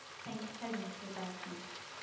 thank heavens for darkness.